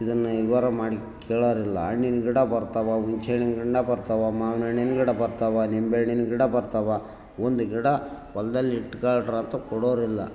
ಇದನ್ನು ವಿವರ ಮಾಡಿ ಕೇಳೋರಿಲ್ಲ ಹಣ್ಣಿನ್ ಗಿಡ ಬರ್ತವ ಹುಂಚೆನ್ ಹಣ್ಣು ಬರ್ತವ ಮಾವಿನ ಹಣ್ಣಿನ ಗಿಡ ಬರ್ತವ ನಿಂಬೆ ಹಣ್ಣಿನ ಗಿಡ ಬರ್ತವ ಒಂದು ಗಿಡ ಹೊಲ್ದಲ್ಲಿ ಇಡ್ಕಲ್ಡ್ರ ಅಂತ ಕೊಡೋರಿಲ್ಲ